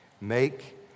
Make